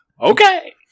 Okay